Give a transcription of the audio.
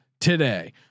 Today